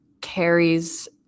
carries